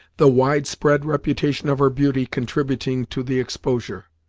the wide spread reputation of her beauty contributing to the exposure.